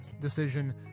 decision